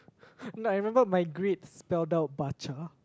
no I remember my grades spelt out baca